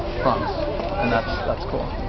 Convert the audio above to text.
trunks, and that's, that's cool.